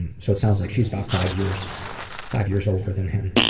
and so it sounds like she's about five years five years older than him.